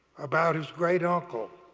about his great uncle,